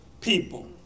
people